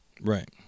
Right